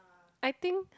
I think